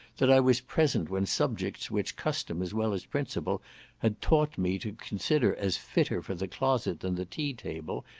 that i was present when subjects which custom as well as principle had taught me to consider as fitter for the closet than the tea-table,